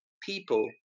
people